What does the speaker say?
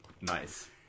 nice